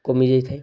କମିଯାଇ ଥାଏ